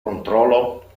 controlo